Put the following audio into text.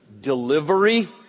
Delivery